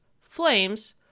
flames